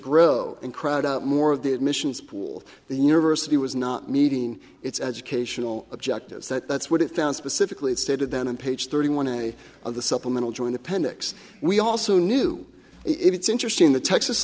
grow and crowd out more of the admissions pool the university was not meeting its educational objectives that that's what it found specifically stated then on page thirty one a of the supplemental join the pending we also knew it it's interesting the texas